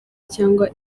cyangwa